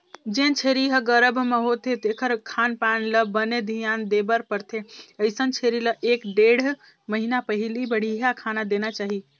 जेन छेरी ह गरभ म होथे तेखर खान पान ल बने धियान देबर परथे, अइसन छेरी ल एक ढ़ेड़ महिना पहिली बड़िहा खाना देना चाही